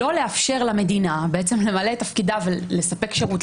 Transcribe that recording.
לא לאפשר למדינה בעצם למלא את תפקידה לספק שירות,